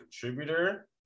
contributor